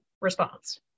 response